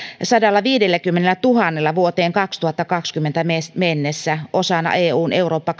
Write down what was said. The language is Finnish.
sadallaviidelläkymmenellätuhannella vuoteen kaksituhattakaksikymmentä mennessä osana eun eurooppa